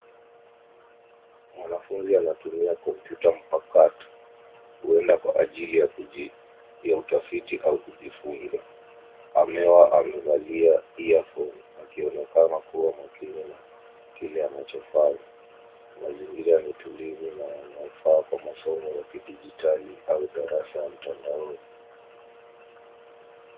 Mwanafunzi anatumia kompyuta mpakato huenda kwa ajili ya utafiti au kujifunza. Amewa amevalia earphone akionekana kuwa makini na kile anachofanya. Mazingira ni tulivu na yanafaa kwa masomo ya kidijitali au darasa ya mtandaoni.